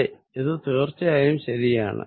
അതെ ഇത് തീർച്ചയായും ശരിയാണ്